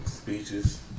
Speeches